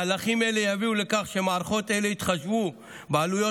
מהלכים אלה יביאו לכך שמערכות אלה יתחשבו בעלויות